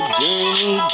journey